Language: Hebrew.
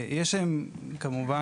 כמובן,